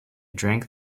drank